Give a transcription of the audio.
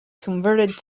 converted